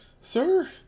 Sir